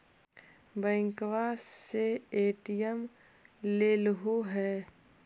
बैंकवा से ए.टी.एम लेलहो है?